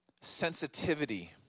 sensitivity